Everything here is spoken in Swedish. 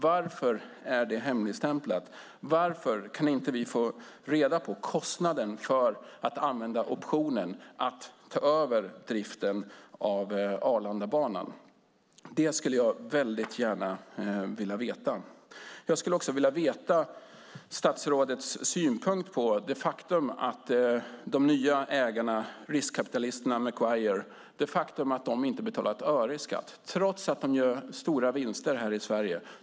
Varför är det hemligstämplat, och varför kan vi inte få reda på kostnaden för att använda optionen för att ta över driften av Arlandabanan? Det skulle jag väldigt gärna vilja veta. Jag skulle också vilja veta vad som är statsrådets synpunkt på det faktum att de nya ägarna, riskkapitalisterna - Maguire - inte betalar ett öre i skatt trots att de gör stora vinster här i Sverige.